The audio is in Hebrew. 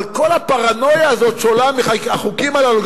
אבל כל הפרנויה הזאת שעולה מהחוקים הללו,